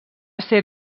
ser